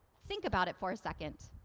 think about it for a second.